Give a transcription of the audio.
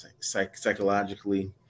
psychologically